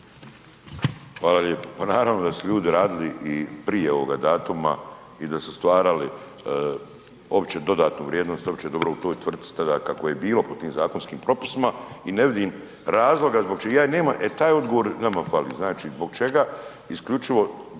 Hvala lijepo, pa naravno da su ljudi radili i prije ovoga datuma i da su stvarali opće dodatnu vrijednost, opće dobro u toj tvrtci, tada je tako i bilo po tim zakonskim propisima i ne vidim razloga zbog čega, ja ih nemam, e taj odgovor nama fali, znači zbog čega isključivo